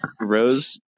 Rose